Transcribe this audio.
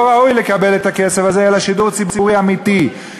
לא ראוי לקבל את הכסף הזה אלא שידור ציבורי אמיתי,